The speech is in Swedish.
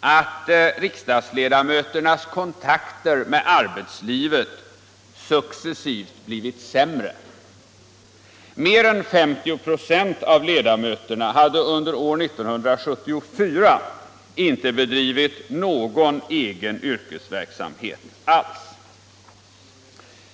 att riksdagsledamöternas kontakter med arbetslivet successivt blivit sämre. Mer än 50 procent av ledamöterna hade år 1974 inte bedrivit någon egen yrkesverksamhet alls.